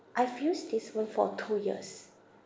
I've used this phone for two years